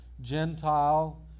Gentile